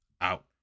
out